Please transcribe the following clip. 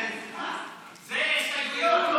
זה הסתייגויות.